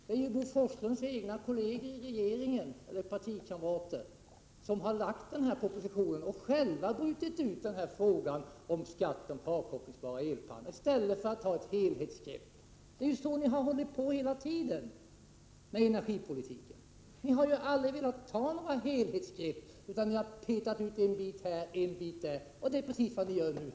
Det är Bo Forslunds egna partikamrater i regeringen som har lagt fram förslaget om skatten på avkopplingsbara elpannor i stället för att ta ett helhetsgrepp på den framtida energibeskattningen. Så har ni gjort hela tiden på energipolitikens område. Ni har aldrig velat ta några helhetsgrepp. I stället har ni plockat uten bit här och en där, och det är precis vad ni gör också nu.